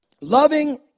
loving